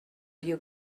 you